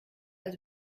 als